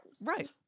Right